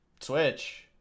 Switch